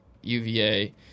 UVA